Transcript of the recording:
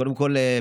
קודם כול,